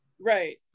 right